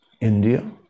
India